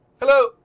hello